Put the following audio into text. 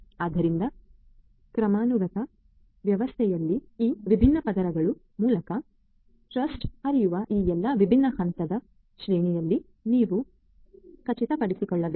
ಆದ್ದರಿಂದ ಕ್ರಮಾನುಗತ ವ್ಯವಸ್ಥೆಯಲ್ಲಿ ಈ ವಿಭಿನ್ನ ಪದರಗಳ ಮೂಲಕ ಟ್ರಸ್ಟ್ ಹರಿಯುವ ಈ ಎಲ್ಲಾ ವಿಭಿನ್ನ ಹಂತದ ಶ್ರೇಣಿಯಲ್ಲಿ ನೀವು ಖಚಿತಪಡಿಸಿಕೊಳ್ಳಬೇಕು